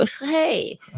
Hey